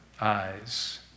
eyes